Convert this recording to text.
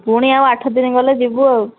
ପୁଣି ଆଉ ଆଠ ଦିନି ଗଲେ ଯିବୁ ଆଉ